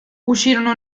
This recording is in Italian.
uscirono